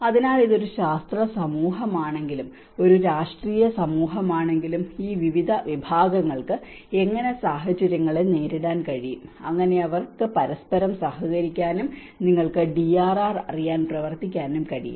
അതിനാൽ ഇത് ഒരു ശാസ്ത്ര സമൂഹമാണെങ്കിലും ഒരു രാഷ്ട്രീയ സമൂഹമാണെങ്കിലും ഈ വിവിധ വിഭാഗങ്ങൾക്ക് എങ്ങനെ സാഹചര്യങ്ങളെ നേരിടാൻ കഴിയും അങ്ങനെ അവർക്ക് പരസ്പരം സഹകരിക്കാനും നിങ്ങൾക്ക് DRR അറിയാൻ പ്രവർത്തിക്കാനും കഴിയും